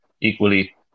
Equally